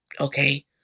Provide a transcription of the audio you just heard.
Okay